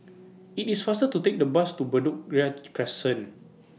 IT IS faster to Take The Bus to Bedok Ria Crescent